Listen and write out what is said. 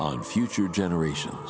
on future generations